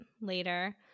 later